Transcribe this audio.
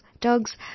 DOGS